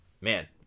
man